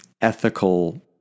ethical